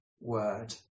word